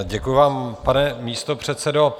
Děkuji vám, pane místopředsedo.